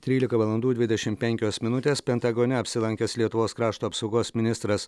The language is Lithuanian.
trylika valandų dvidešimt penkios minutės pentagone apsilankęs lietuvos krašto apsaugos ministras